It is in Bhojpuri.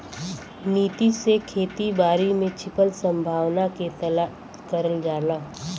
नीति से खेती बारी में छिपल संभावना के तलाश करल जाला